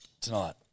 Tonight